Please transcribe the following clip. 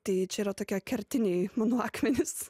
tai čia yra tokia kertiniai manau akmenys